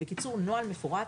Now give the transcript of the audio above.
בקיצור, נוהל מפורט.